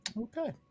Okay